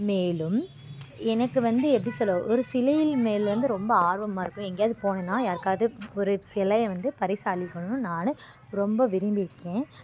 மேலும் எனக்கு வந்து எப்படி சொல்ல ஒரு சிலையின் மேல் வந்து ரொம்ப ஆர்வமாக இருக்கும் எங்கேயாவது போனேன்னால் யாருக்காவது ஒரு சிலையை வந்து பரிசளிக்கணும்னு நான் ரொம்ப விரும்பியிருக்கேன்